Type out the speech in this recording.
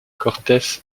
cortés